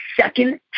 second